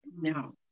No